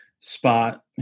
Spot